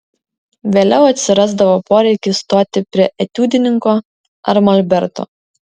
vėliau atsirasdavo poreikis stoti prie etiudininko ar molberto